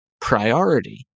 priority